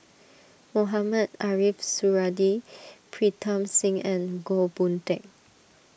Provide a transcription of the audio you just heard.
Mohamed Ariff Suradi Pritam Singh and Goh Boon Teck